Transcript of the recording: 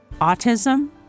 autism